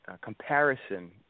comparison